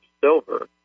silver